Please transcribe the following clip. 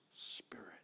Spirit